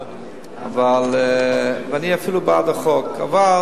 אני אפילו בעד החוק, אבל